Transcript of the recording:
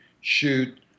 shoot